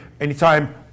anytime